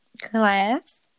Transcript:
class